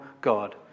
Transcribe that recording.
God